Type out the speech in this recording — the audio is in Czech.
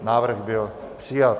Návrh byl přijat.